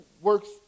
works